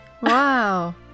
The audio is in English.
Wow